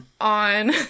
on